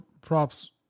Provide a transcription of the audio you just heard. props